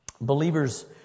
Believers